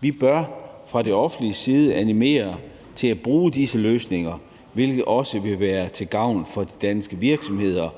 Vi bør fra det offentliges side animere til at bruge disse løsninger, hvilket også vil være til gavn for de danske virksomheder